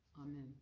Amen